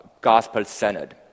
gospel-centered